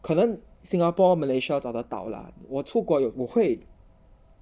可能 singapore malaysia 找得到 lah 我出国有我会